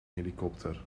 helikopter